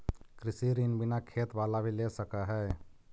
कृषि ऋण बिना खेत बाला भी ले सक है?